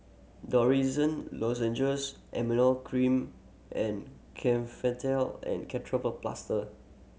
Dorithricin Lozenges Emla Cream and and Ketoprofen Plaster